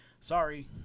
Sorry